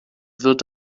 wird